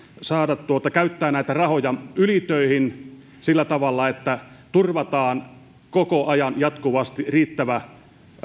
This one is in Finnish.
saada käyttää näitä rahoja ylitöihin sillä tavalla että turvataan koko ajan jatkuvasti riittävä